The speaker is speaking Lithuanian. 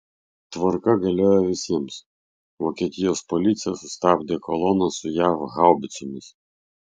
tvarka galioja visiems vokietijos policija sustabdė koloną su jav haubicomis